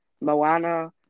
Moana